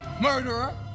Murderer